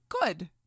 Good